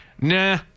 nah